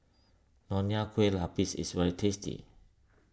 Nonya Kueh Lapis is very tasty